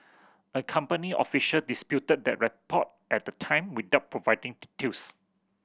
a company official disputed that report at the time without providing details